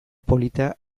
polita